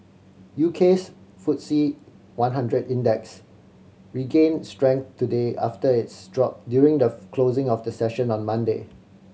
U K's Footsie one hundred Index regained strength today after its drop during the closing of the session on Monday